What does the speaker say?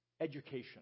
education